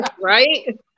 right